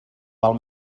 val